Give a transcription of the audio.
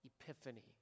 Epiphany